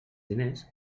diners